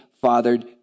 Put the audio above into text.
fathered